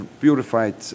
purified